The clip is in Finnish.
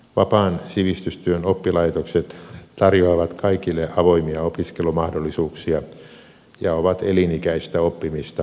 vapaan sivistystyön oppilaitokset tarjoavat kaikille avoimia opiskelumahdollisuuksia ja ovat elinikäistä oppimista